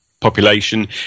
population